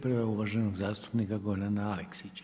Prva je uvaženog zastupnika Gorana Aleksića.